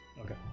Okay